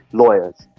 lawyers,